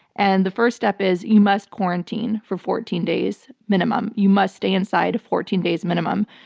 and the first step is you must quarantine for fourteen days minimum. you must stay inside fourteen days minimum.